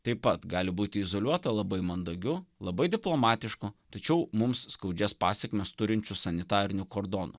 taip pat gali būti izoliuota labai mandagiu labai diplomatišku tačiau mums skaudžias pasekmes turinčiu sanitariniu kordonu